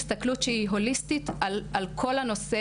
יש הסתכלות שהיא הוליסטית על כל הנושא